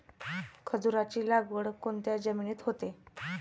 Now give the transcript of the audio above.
खजूराची लागवड कोणत्या जमिनीत होते?